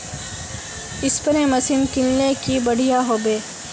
Spray machine किनले की बढ़िया होबवे?